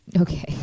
Okay